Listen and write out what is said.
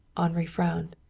henri frowned.